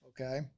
okay